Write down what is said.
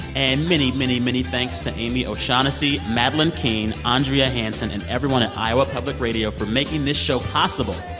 and many, many, many thanks to amy o'shaughnessy, madeleine king, andrea hansen and everyone at iowa public radio for making this show possible